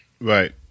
Right